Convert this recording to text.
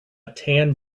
tan